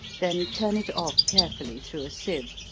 then turn it off carefully through a sieve,